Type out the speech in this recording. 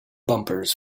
bumpers